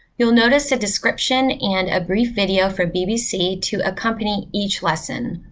you'll notice a description and a brief video from bbc to accompany each lesson.